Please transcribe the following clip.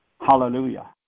Hallelujah